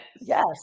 Yes